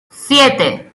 siete